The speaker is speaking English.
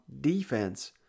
defense